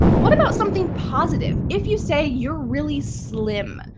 what about something positive? if you say, you're really slim,